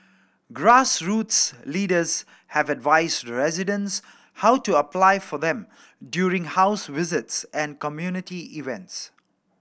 grassroots leaders have advised residents how to apply for them during house visits and community events